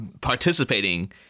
participating